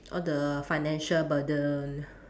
all the financial burden